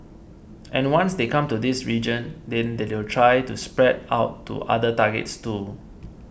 and once they come to this region then they will try to spread out to other targets too